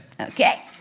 Okay